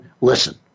listen